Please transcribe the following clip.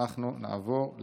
חברת הכנסת קטי קטרין שטרית,